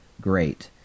great